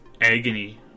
agony